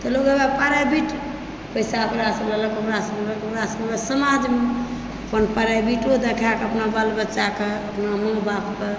तऽ लोक प्राइवेट पैसा ओकरासंँ लेलक ओकरासंँ लेलक ओकरासंँ लेलक समाजमे अपन प्राइवेटो देखिकऽ अपना बाल बच्चाकेँ अपन माय बापकेँ